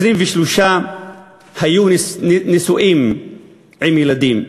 23 היו נשואים והורים לילדים.